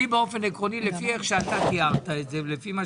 עקרונית לפי איך שתיארת את זה ולפי מה